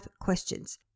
questions